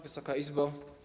Wysoka Izbo!